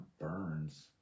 Burns